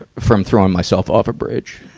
ah from throwing myself off a bridge.